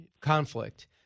conflict